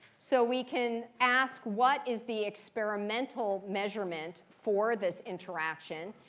so we can ask what is the experimental measurement for this interaction,